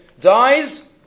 dies